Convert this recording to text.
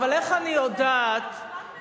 שלא הצלחת, אבל, איך אני יודעת, על מה את מדברת?